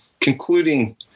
concluding